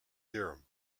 theorem